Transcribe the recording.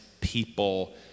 people